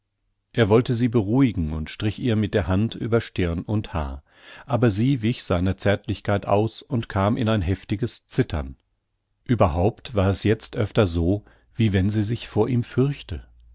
er wollte sie beruhigen und strich ihr mit der hand über stirn und haar aber sie wich seiner zärtlichkeit aus und kam in ein heftiges zittern überhaupt war es jetzt öfter so wie wenn sie sich vor ihm fürchte